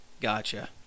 Gotcha